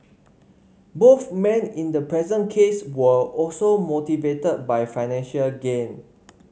both men in the present case were also motivated by financial gain